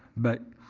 but,